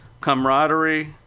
camaraderie